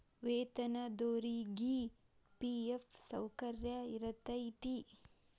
ವೇತನದೊರಿಗಿ ಫಿ.ಎಫ್ ಸೌಕರ್ಯ ಇರತೈತಿ